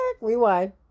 rewind